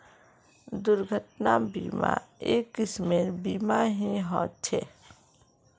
दुर्घटना बीमा, एक किस्मेर बीमा ही ह छे